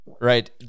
Right